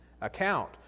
account